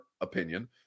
opinion